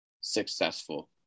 successful